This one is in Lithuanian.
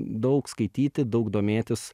daug skaityti daug domėtis